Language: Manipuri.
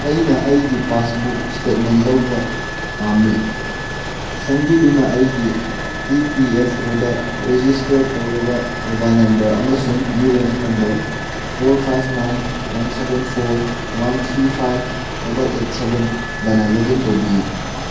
ꯑꯩꯅ ꯑꯩꯒꯤ ꯄꯥꯁꯕꯨꯛ ꯁ꯭ꯇꯦꯠꯃꯦꯟ ꯂꯧꯕ ꯄꯥꯝꯃꯤ ꯆꯥꯟꯕꯤꯗꯨꯅ ꯑꯩꯒꯤ E P F O register ꯇꯧꯔꯕ ꯃꯣꯕꯥꯏꯜ ꯅꯝꯕꯔ ꯑꯃꯁꯨꯡ U A N number four five nine one seven four one three five double eight ꯁꯕꯦꯟꯒꯅ ꯂꯣꯛꯏꯟ ꯇꯧꯕꯤꯌꯨ